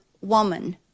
woman